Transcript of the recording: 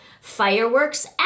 Fireworks